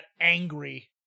angry